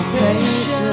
patience